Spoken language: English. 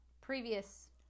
previous